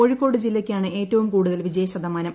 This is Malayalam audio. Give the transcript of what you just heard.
കോഴിക്കോട് ജില്ലയ്ക്കാണ് ഏറ്റവും കൂടുതൽ വിജയശതമാനം